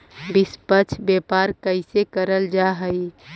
निष्पक्ष व्यापार कइसे करल जा हई